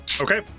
Okay